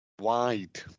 wide